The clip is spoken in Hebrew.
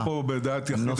הזאת.